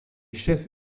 chefs